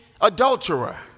adulterer